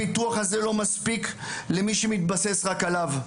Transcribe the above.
הביטוח הזה לא מספיק למי שמתבסס רק עליו,